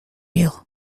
ill